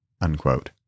Unquote